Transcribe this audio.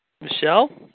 Michelle